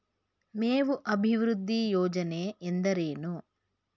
ಮೇವು ಅಭಿವೃದ್ಧಿ ಯೋಜನೆ ಎಂದರೇನು?